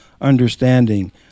understanding